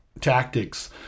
tactics